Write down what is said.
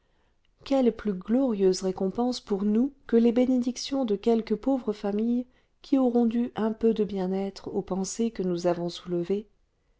quelle plus glorieuse récompense pour nous que les bénédictions de quelques pauvres familles qui auront dû un peu de bien-être aux pensées que nous avons soulevées